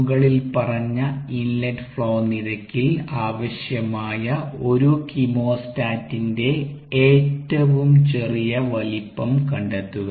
മുകളിൽ പറഞ്ഞ inlet flow നിരക്കിൽ ആവശ്യമായ ഒരു കീമോസ്റ്റാറ്റിന്റെ ഏറ്റവും ചെറിയ വലിപ്പം കണ്ടെത്തുക